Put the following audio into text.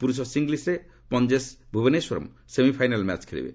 ପୁରୁଷ ସିଙ୍ଗଲ୍ୱରେ ପଞ୍ଜେସ୍ ଭୁବନେଶ୍ୱରମ୍ ସେମିଫାଇନାଲ୍ ମ୍ୟାଚ୍ ଖେଳିବେ